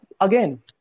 again